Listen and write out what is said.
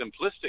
simplistic